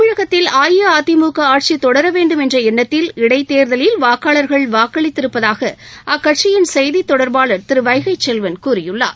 தமிழகத்தில் அஇஅதிமுக ஆட்சி தொடர வேண்டும் என்ற எண்ணத்தில் இடைத்தேர்தலில் வாக்காளாகள் வாக்களித்திருப்பதாக அக்கட்சியின் செய்தி தொடர்பாளா திரு வைகை செல்வன் கூறியுள்ளார்